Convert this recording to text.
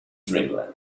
dreamland